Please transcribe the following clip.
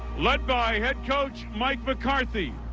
led by head coach mike mccarthy,